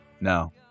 No